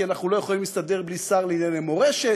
כי אנחנו לא יכולים להסתדר בלי שר לענייני מורשת,